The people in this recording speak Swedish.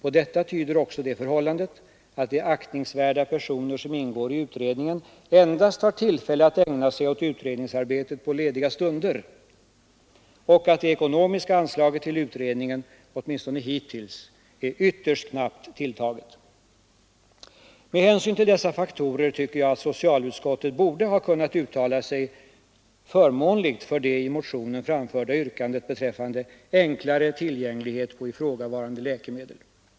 På detta tyder också det förhållandet att de aktningsvärda personer som ingår i utredningen endast har tillfälle att ägna sig åt utredningsarbetet på lediga stunder och att det ekonomiska anslaget till utredningen — åtminstone hittills — är ytterst knappt tilltaget. Med hänsyn till dessa faktorer tycker jag att socialutskottet borde ha kunnat uttala sig förmånligt för det i motionen framförda yrkandet beträffande enklare tillgång till ifrågavarande läkemedel.